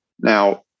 now